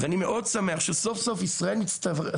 ואני מאוד שמח שסוף סוף ישראל מצטרפת